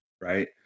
right